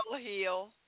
heal